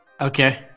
Okay